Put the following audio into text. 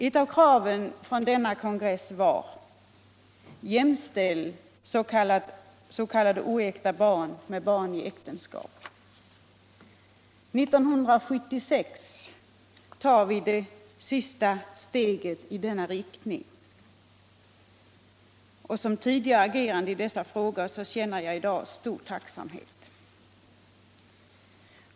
Ett av kraven från denna kongress var: Jämställ s.k. oäkta barn med barn i äktenskap! År 1976 tar vi det sista steget i denna riktning, och som tidigare agerande i dessa frågor känner jag därför i dag stor tacksamhet.